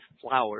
flowers